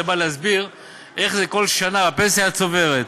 זה בא להסביר איך כל שנה הפנסיה הצוברת,